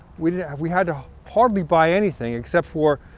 we yeah we had to hardly buy anything except for,